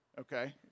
Okay